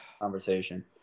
Conversation